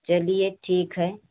चलिए ठीक है